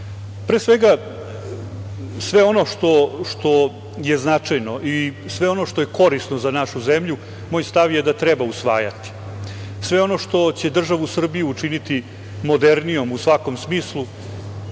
Pre svega, sve ono što je značajno i sve ono što je korisno za našu zemlju, moj stav je da treba usvajati. Sve ono što će državu Srbiju učiniti modernijom u svakom smislu,